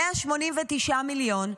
189 מיליון.